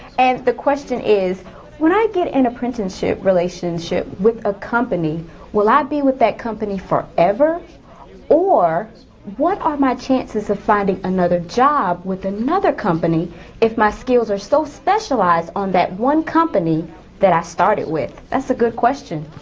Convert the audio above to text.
and the question is when i get an apprenticeship relationship with a company will i be with that company forever or what are my chances of finding another job with another company if my skills are so specialized on that one company that i started with. that's a good question.